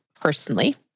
personally